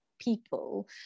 people